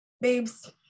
babes